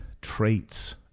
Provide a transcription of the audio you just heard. traits